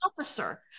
officer